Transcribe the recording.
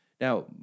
now